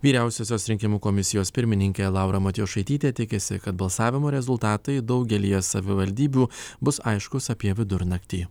vyriausiosios rinkimų komisijos pirmininkė laura matijošaitytė tikisi kad balsavimo rezultatai daugelyje savivaldybių bus aiškūs apie vidurnaktį